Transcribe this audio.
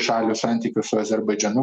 šalių santykių su azerbaidžanu